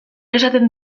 esaten